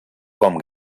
com